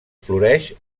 floreix